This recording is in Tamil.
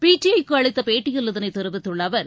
பிடிஐ க்கு அளித்த பேட்டியில் இதனைத் தெரிவித்துள்ள அவர்